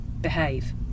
behave